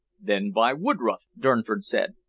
then by woodroffe? durnford said.